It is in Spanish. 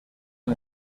han